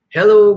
Hello